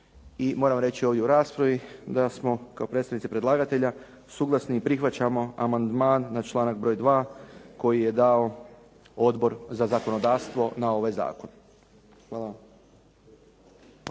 I moram reći ovdje u raspravi da smo kao predstavnici predlagatelja suglasni i prihvaćamo amandman na članak broj 2. koji je dao Odbor za zakonodavstvo na ovaj zakon. Hvala.